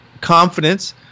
confidence